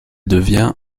devient